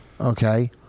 Okay